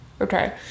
okay